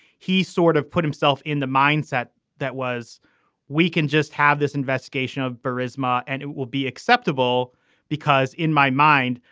he sort of put himself in the mindset that was we can just have this investigation of barry's ma and it will be acceptable because in my mind,